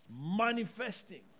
manifesting